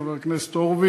חבר הכנסת הורביץ,